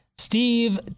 Steve